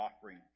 offering